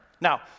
Now